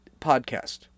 podcast